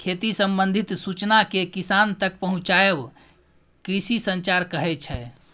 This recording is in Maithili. खेती संबंधित सुचना केँ किसान तक पहुँचाएब कृषि संचार कहै छै